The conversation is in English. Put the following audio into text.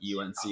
UNC